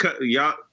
y'all